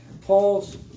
Paul's